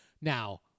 Now